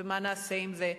ומה נעשה עם זה.